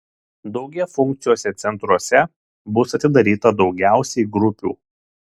daugiafunkciuose centruose bus atidaryta daugiausiai grupių